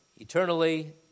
eternally